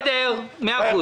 בסדר, מאה אחוז.